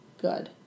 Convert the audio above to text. good